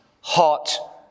hot